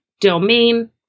domain